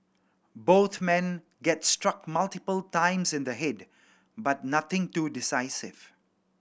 both men get struck multiple times in the head but nothing too decisive